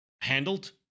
handled